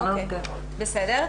בסדר.